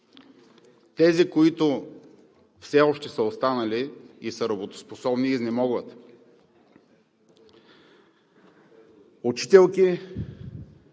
Тези, които все още са останали и са работоспособни, изнемогват. Учителки